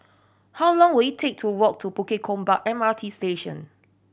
how long will it take to walk to Bukit Gombak M R T Station